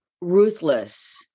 ruthless